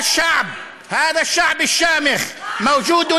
(אומר דברים בשפה הערבית,